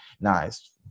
nice